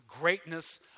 greatness